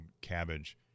cabbage